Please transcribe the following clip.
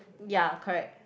ya correct